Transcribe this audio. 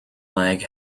leg